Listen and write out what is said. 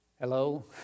Hello